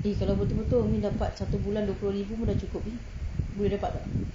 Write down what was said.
okay kalau betul betul umi dapat satu bulan dua puluh ribu pun dah cukup kan boleh dapat tak